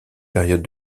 périodes